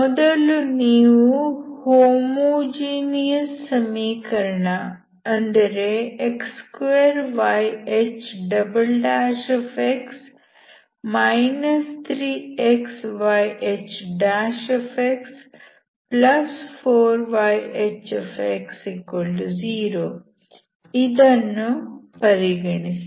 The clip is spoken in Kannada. ಮೊದಲಿಗೆ ನೀವು ಹೋಮೋಜೀನಿಯಸ್ ಸಮೀಕರಣ ಅಂದರೆ x2yH 3xyHx4yH0 ಇದನ್ನು ಪರಿಗಣಿಸಿ